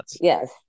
Yes